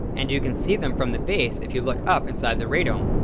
and you can see them from the base if you look up inside the radome.